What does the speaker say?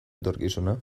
etorkizuna